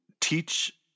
teach